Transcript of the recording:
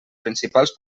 principals